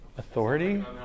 Authority